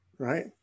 Right